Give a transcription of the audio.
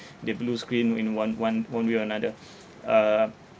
the blue screen in one one one way or another uh